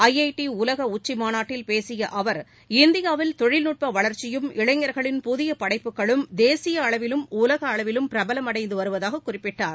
ஐந்டிஉலகஉச்சிமாநாட்டில் பேசியஅவர் இந்தியாவில் தொழில்நட்பவளர்ச்சியும் இளைஞர்களின் புதியபடைப்புகளும் தேசியஅளவிலும் பிரபலமடைந்துவருவதாக் குறிப்பிட்டார்